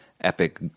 epic